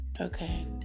Okay